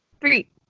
Three